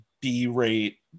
B-rate